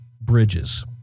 bridges